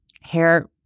hair